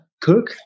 cook